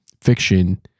fiction